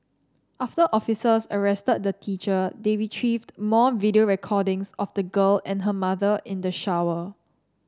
after officers arrested the teacher they retrieved more video recordings of the girl and her mother in the shower